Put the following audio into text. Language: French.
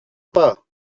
pas